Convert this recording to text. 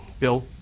Bill